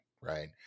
right